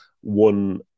One